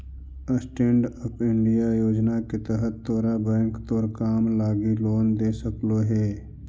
stand up India योजना के तहत तोरा बैंक तोर काम लागी लोन दे सकलो हे